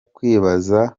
kwibaza